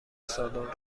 سالن